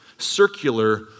circular